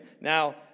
Now